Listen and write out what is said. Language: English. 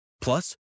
Plus